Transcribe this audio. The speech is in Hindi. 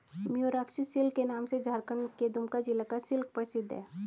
मयूराक्षी सिल्क के नाम से झारखण्ड के दुमका जिला का सिल्क प्रसिद्ध है